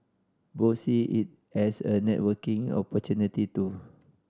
both see it as a networking opportunity too